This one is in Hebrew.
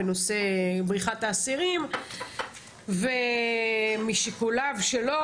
בנושא בריחת האסירים ומשיקוליו שלו,